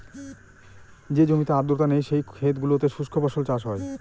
যে জমিতে আর্দ্রতা নেই, সেই ক্ষেত গুলোতে শুস্ক ফসল চাষ হয়